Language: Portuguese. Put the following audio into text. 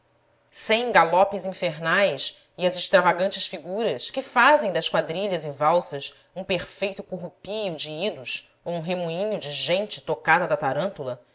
sem galopes infernais e as extravagantes figuras que fazem das quadrilhas e valsas um perfeito corrupio de idos ou um remoinho de gente tocada da